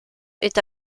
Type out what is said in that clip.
est